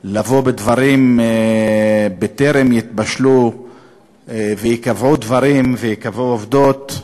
לבוא בדברים בטרם יתבשלו וייקבעו דברים וייקבעו עובדות,